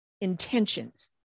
intentions